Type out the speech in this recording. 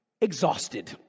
exhausted